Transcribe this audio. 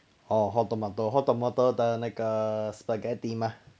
orh hot tomato hot tomato 的那个 spaghetti 吗